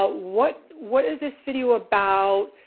ah what what is this video about?